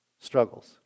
struggles